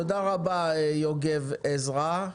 תודה רבה יוגב עזרא.